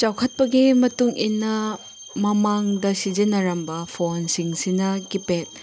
ꯆꯥꯎꯈꯠꯄꯒꯤ ꯃꯇꯨꯡ ꯏꯟꯅ ꯃꯃꯥꯡꯗ ꯁꯤꯖꯤꯟꯅꯔꯝꯕ ꯐꯣꯟꯁꯤꯡꯁꯤꯅ ꯀꯤꯄꯦꯗ